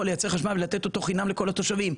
לייצר חשמל ולתת אותו חינם לכל התושבים,